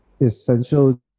essential